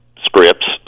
scripts